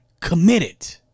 committed